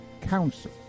Council